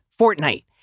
Fortnite